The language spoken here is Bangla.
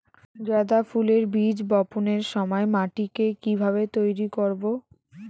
গাদা ফুলের বীজ বপনের সময় মাটিকে কিভাবে তৈরি করব?